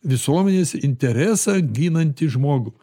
visuomenės interesą ginantį žmogų